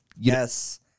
Yes